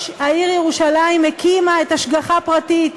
העיר ירושלים הקימה את "השגחה פרטית",